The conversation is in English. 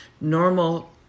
normal